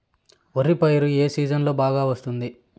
వరి పైరు ఏ సీజన్లలో బాగా వస్తుంది